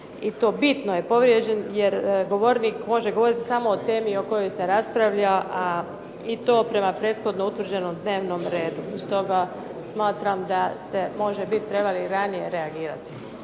i to bitno je povrijeđen jer govornik može govoriti samo o temi o kojoj se raspravlja, i to prema prethodno utvrđenom dnevnom redu. Stoga smatram da ste može biti trebali i ranije reagirati.